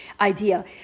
idea